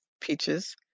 Peaches